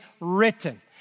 written